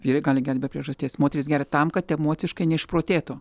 vyrai gali gert be priežasties moterys geria tam kad emociškai neišprotėtų